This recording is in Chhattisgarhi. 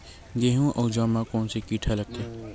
गेहूं अउ जौ मा कोन से कीट हा लगथे?